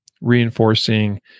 reinforcing